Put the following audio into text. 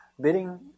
bidding